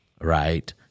right